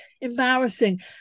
embarrassing